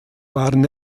waren